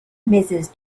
mrs